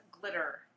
glitter